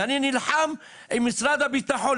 אני נלחם עם משרד הביטחון,